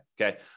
Okay